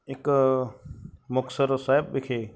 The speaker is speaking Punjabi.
ਇੱਕ ਮੁਕਤਸਰ ਸਾਹਿਬ ਵਿਖੇ